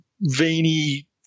veiny